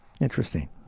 Interesting